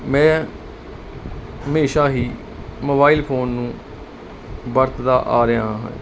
ਮੈਂ ਹਮੇਸ਼ਾ ਹੀ ਮੋਬਾਈਲ ਫੋਨ ਨੂੰ ਵਰਤਦਾ ਆ ਰਿਹਾ